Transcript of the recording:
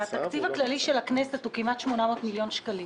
התקציב הכללי של הכנסת הוא כמעט 800 מיליון שקלים.